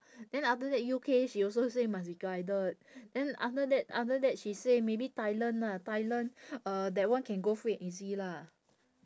then after that U_K she also say must be guided then after that after that she say maybe thailand lah thailand uh that one can go free and easy lah